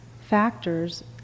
factors